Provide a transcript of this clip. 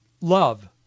love